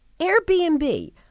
Airbnb